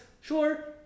sure